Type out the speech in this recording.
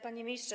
Panie Ministrze!